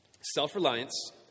self-reliance